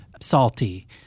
salty